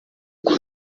kwa